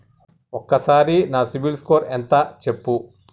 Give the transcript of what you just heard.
ఒక్కసారి నా CIBIL score ఎంత చెప్పు?